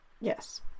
Yes